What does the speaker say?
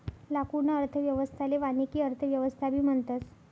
लाकूडना अर्थव्यवस्थाले वानिकी अर्थव्यवस्थाबी म्हणतस